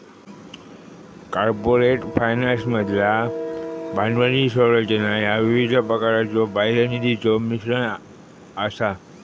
corporate फायनान्समधला भांडवली संरचना ह्या विविध प्रकारच्यो बाह्य निधीचो मिश्रण असा